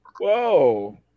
Whoa